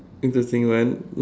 interesting one